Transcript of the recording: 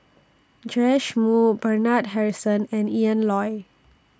Joash Moo Bernard Harrison and Ian Loy